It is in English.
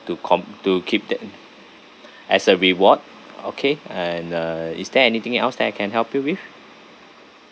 to com~ to give that as a reward okay and uh is there anything else that I can help you with